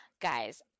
guys